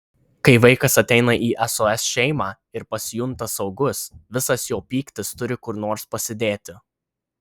kai vaikas ateina į sos šeimą ir pasijunta saugus visas jo pyktis turi kur nors pasidėti